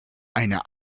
eine